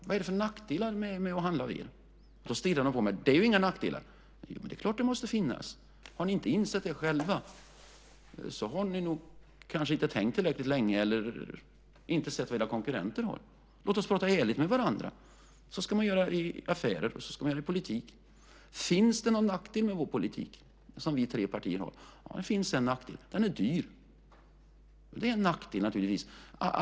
Vad är det för nackdelar med att handla av er? Då stirrar man på mig och säger: Det är inga nackdelar. Jo, men det är klart att det måste finnas, säger jag. Har ni inte insett det själva har ni kanske inte tänkt tillräckligt länge eller inte sett vad era konkurrenter har. Låt oss prata ärligt med varandra. Så ska vi göra i affärer, och så ska vi göra i politiken. Finns det någon nackdel med den politik som vi tre partier har? Jo, det finns en nackdel; den är dyr. Det är naturligtvis en nackdel.